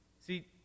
See